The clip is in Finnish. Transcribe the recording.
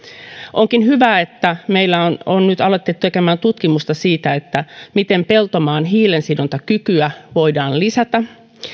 onkin hyvä että meillä on on nyt alettu tehdä tutkimusta siitä miten peltomaan hiilensidontakykyä voidaan lisätä